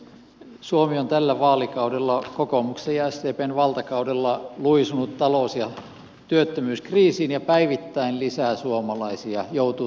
suomi on tällä vaalikaudella kokoomuksen ja sdpn valtakaudella luisunut talous ja työttömyyskriisiin ja päivittäin lisää suomalaisia joutuu työttömyysuhan alle